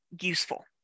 useful